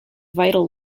vital